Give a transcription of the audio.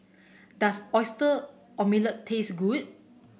does Oyster Omelette taste good